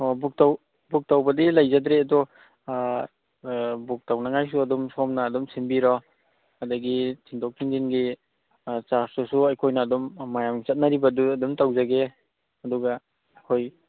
ꯑꯣ ꯕꯨꯛ ꯇꯧ ꯕꯨꯛ ꯇꯧꯕꯗꯤ ꯂꯩꯖꯗ꯭ꯔꯤ ꯑꯗꯣ ꯕꯨꯛ ꯇꯧꯅꯉꯥꯏꯁꯨ ꯑꯗꯨꯝ ꯁꯣꯝꯅ ꯑꯗꯨꯝ ꯁꯤꯟꯕꯤꯔꯣ ꯑꯗꯒꯤ ꯊꯤꯟꯗꯣꯛ ꯊꯤꯟꯖꯤꯟꯒꯤ ꯆꯥꯔꯖꯇꯨꯁꯨ ꯑꯩꯈꯣꯏꯅ ꯑꯗꯨꯝ ꯃꯌꯥꯝ ꯆꯠꯅꯔꯤꯕꯗꯨꯗ ꯑꯗꯨꯝ ꯇꯧꯖꯒꯦ ꯑꯗꯨꯒ ꯑꯩꯈꯣꯏ